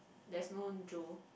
there's no Joe